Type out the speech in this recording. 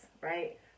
right